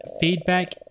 feedback